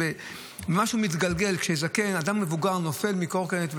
וזה משהו מתגלגל כשאדם מבוגר נופל בגלל קורקינט.